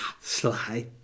Sly